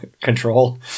control